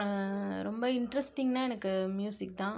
ரொம்ப இன்ட்ரஸ்டிங்னா எனக்கு மியூசிக் தான்